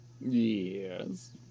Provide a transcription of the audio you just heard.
Yes